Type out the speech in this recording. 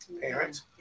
parents